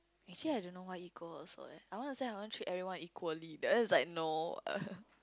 actually I don't know why equal also leh I want to say I want to treat everyone equally then is like no